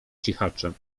cichaczem